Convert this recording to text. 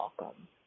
welcome